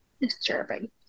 disturbing